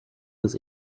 was